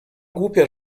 głupia